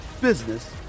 business